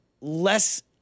less